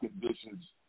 conditions